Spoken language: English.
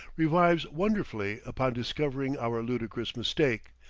revives wonderfully upon discovering our ludicrous mistake,